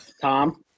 tom